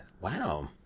Wow